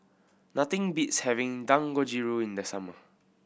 nothing beats having Dangojiru in the summer